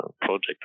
project